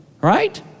Right